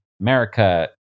America